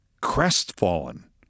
crestfallen